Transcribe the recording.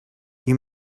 you